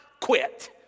quit